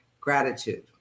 gratitude